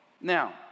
Now